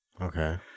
Okay